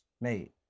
made